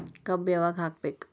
ಕಬ್ಬು ಯಾವಾಗ ಹಾಕಬೇಕು?